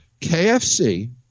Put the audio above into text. KFC